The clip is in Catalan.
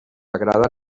agrada